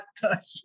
touch